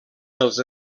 dels